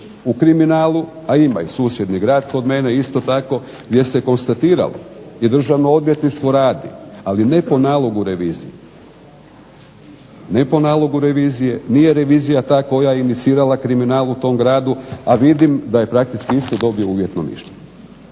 u kriminalu, a ima i susjedni grad kod mene isto tako, gdje se konstatiralo i Državno odvjetništvo radi, ali ne po nalogu revizije, ne po nalogu revizije. Nije revizija ta koja je inicirala kriminal u tom gradu, a vidim da je praktički isto dobio uvjetno